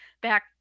back